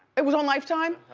it was on lifetime?